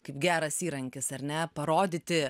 kaip geras įrankis ar ne parodyti